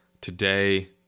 Today